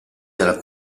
nella